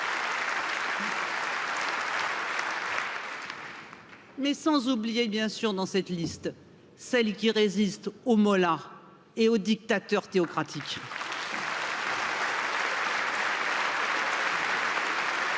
Mais sans oublier, bien sûr, dans cette liste, celle qui résiste aux mollahs et aux dictateurs théocratiques.